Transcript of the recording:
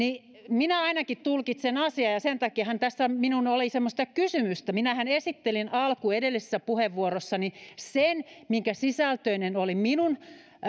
minä ainakin tulkitsen asiaa ja sen takiahan tässä minulla oli semmoista kysymystä minähän esittelin alkuun edellisessä puheenvuorossani sen minkä sisältöinen oli minun